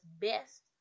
best